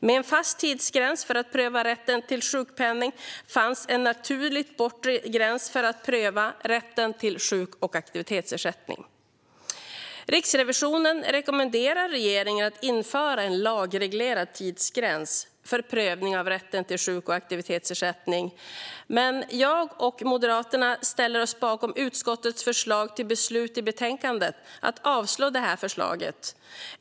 Med en fast tidsgräns för rätten till sjukpenning fanns en naturlig bortre gräns för att pröva rätten till sjuk och aktivitetsersättning. Riksrevisionen rekommenderar regeringen att införa en lagreglerad tidsgräns för prövning av rätten till sjuk och aktivitetsersättning. Jag och Moderaterna ställer oss bakom utskottets förslag till beslut i betänkandet att avslå detta förslag.